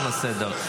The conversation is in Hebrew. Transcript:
לסדר.